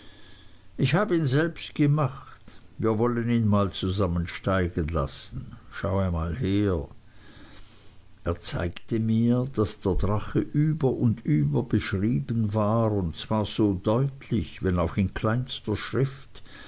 ich habe ihn selbst gemacht wir wollen ihn mal zusammen steigen lassen schau einmal her er zeigte mir daß der drache über und über beschrieben war und zwar so deutlich wenn auch in kleinster schrift